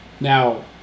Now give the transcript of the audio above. Now